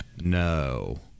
No